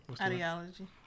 ideology